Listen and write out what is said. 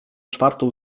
czwartą